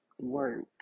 work